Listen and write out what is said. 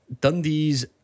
Dundee's